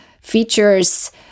features